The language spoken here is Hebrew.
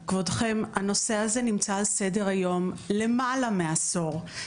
כבודכם, הנושא הזה נמצא על סדר היום למעלה מעשור.